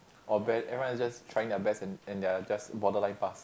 or bare everyone is just trying their best in in their just boderline pass